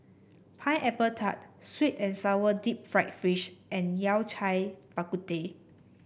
Pineapple Tart sweet and sour Deep Fried Fish and Yao Cai Bak Kut Teh